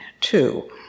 two